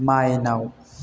माइनाव